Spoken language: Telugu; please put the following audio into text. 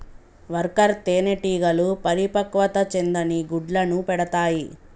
వర్కర్ తేనెటీగలు పరిపక్వత చెందని గుడ్లను పెడతాయి